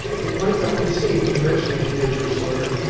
it might not be safe to mention it here, deerslayer,